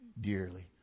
dearly